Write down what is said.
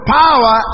power